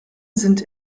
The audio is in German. sind